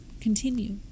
Continue